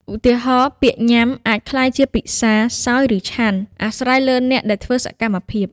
ឧទាហរណ៍ ពាក្យ ញ៉ាំ អាចក្លាយជា ពិសា សោយ ឬ ឆាន់ អាស្រ័យលើអ្នកដែលធ្វើសកម្មភាព។